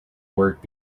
work